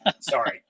Sorry